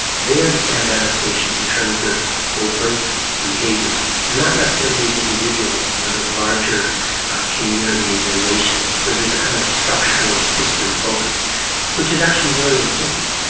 they understand adaptation in terms of overt behaviours and not necessarily of individuals but of larger communities and nations. so there's a kind of structural system focus which is actually very important.